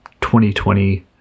2020